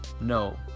No